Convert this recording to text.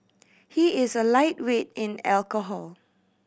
he is a lightweight in alcohol